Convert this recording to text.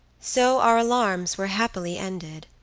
so our alarms were happily ended,